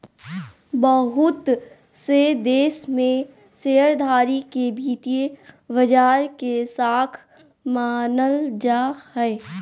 बहुत से देश में शेयरधारी के वित्तीय बाजार के शाख मानल जा हय